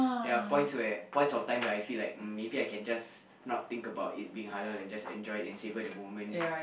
there are points where points of time where I feel like mm maybe I can just not think of it being halal and just enjoy it and savor the moment